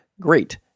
great